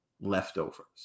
leftovers